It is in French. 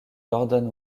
gordon